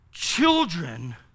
Children